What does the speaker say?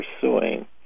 pursuing